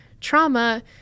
trauma